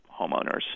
homeowners